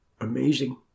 amazing